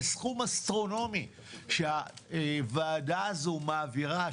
זה סכום אסטרונומי שהוועדה הזאת מעבירה,